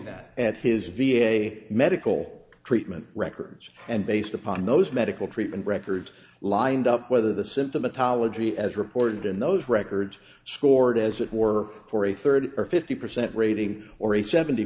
that at his v a medical treatment records and based upon those medical treatment records lined up whether the symptomatology as reported in those records scored as it were for a third or fifty percent rating or a seventy